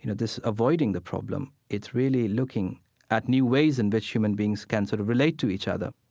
you know this avoiding the problem, it's really looking at new ways in which human beings can sort of relate to each other